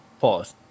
pause